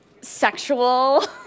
sexual